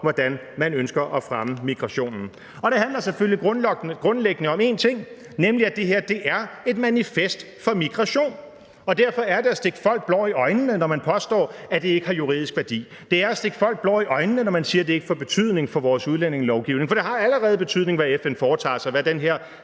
hvordan man ønsker at fremme migrationen. Det handler selvfølgelig grundlæggende om én ting, nemlig at det her er et manifest for migration, og derfor er det at stikke folk blår i øjnene, når man påstår, at det ikke har juridisk værdi. Det er at stikke folk blår i øjnene, når man siger, at det ikke får betydning for vores udlændingelovgivning, for det har allerede betydning, hvad FN foretager sig, hvad den her